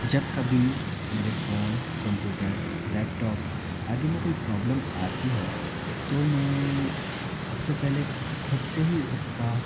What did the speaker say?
जब कभी मेरे फोन कंप्यूटर लैपटॉप आदि में कोई प्रॉब्लम आती है तो मैं सबसे पहले खुद से ही इसका